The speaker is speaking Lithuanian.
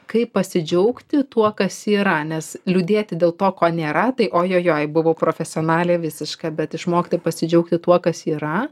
kaip pasidžiaugti tuo kas yra nes liūdėti dėl to ko nėra tai oi oi oi buvau profesionalė visiška bet išmokti pasidžiaugti tuo kas yra